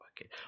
Okay